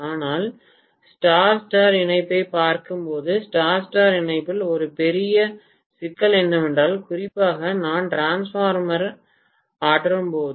ஆனால் star star இணைப்பைப் பார்க்கும்போது ஸ்டார் ஸ்டார் இணைப்பில் ஒரு பெரிய சிக்கல் என்னவென்றால் குறிப்பாக நான் டிரான்ஸ்பார்மரை ஆற்றும்போது